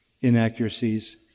inaccuracies